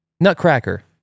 nutcracker